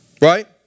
Right